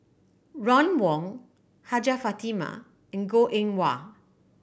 Ron Wong Hajjah Fatimah and Goh Eng Wah